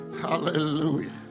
hallelujah